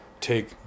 take